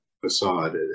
facade